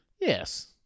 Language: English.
Yes